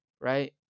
right